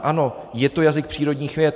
Ano, je to jazyk přírodních věd.